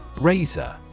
Razor